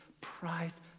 prized